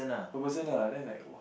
four person lah then I like